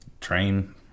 Train